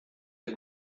der